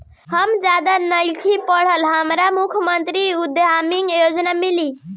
हम ज्यादा नइखिल पढ़ल हमरा मुख्यमंत्री उद्यमी योजना मिली?